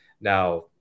Now